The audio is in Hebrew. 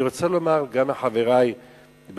אני רוצה לומר גם לחברי בכנסת,